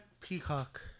Peacock